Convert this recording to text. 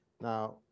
Now